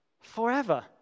forever